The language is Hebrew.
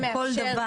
כל דבר,